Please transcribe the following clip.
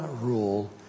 rule